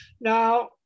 Now